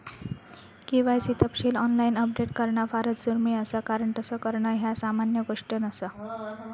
KYC तपशील online update करणा फारच दुर्मिळ असा कारण तस करणा ह्या सामान्य गोष्ट नसा